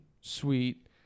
sweet